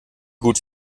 gut